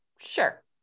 Sure